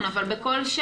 כמו ברמת